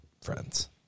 friends